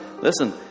Listen